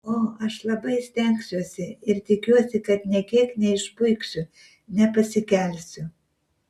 o aš labai stengsiuosi ir tikiuosi kad nė kiek neišpuiksiu nepasikelsiu